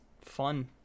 fun